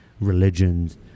religions